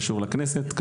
קשור לכנסת,